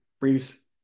briefs